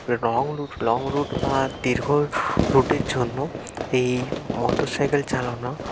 তবে long route long route বা দীর্ঘ রুটের জন্য এই মোটর সাইকেল চালানো